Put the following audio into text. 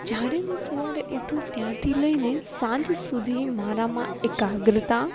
જ્યારે હું સવારે ઉઠું ત્યારથી લઈને સાંજ સુધી મારામાં એકાગ્રતા